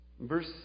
Verse